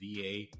VA